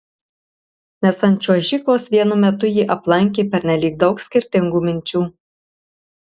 nes ant čiuožyklos vienu metu jį aplankė pernelyg daug skirtingų minčių